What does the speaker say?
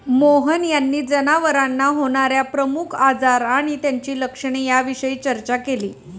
मोहन यांनी जनावरांना होणार्या प्रमुख आजार आणि त्यांची लक्षणे याविषयी चर्चा केली